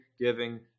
giving